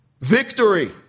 Victory